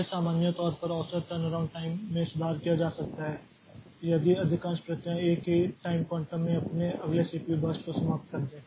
इसलिए सामान्य तौर पर औसत टर्नअराउंड टाइम में सुधार किया जा सकता है यदि अधिकांश प्रक्रियाएं एक ही टाइम क्वांटम में अपने अगले सीपीयू बर्स्ट को समाप्त कर दें